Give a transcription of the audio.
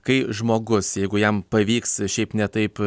kai žmogus jeigu jam pavyks šiaip ne taip